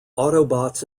autobots